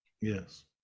Yes